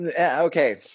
okay